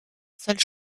seule